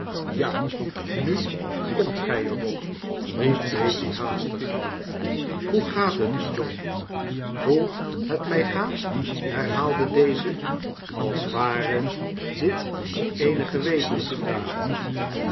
ja nu komt gij er op riep daisy haastig hoe gaat het u john hoe het mij gaat herhaalde deze als ware dit eene